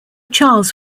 charles